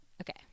Okay